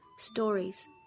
Stories